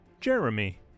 Jeremy